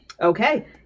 Okay